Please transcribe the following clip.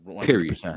Period